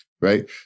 right